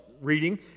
reading